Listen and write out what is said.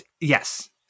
Yes